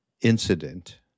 incident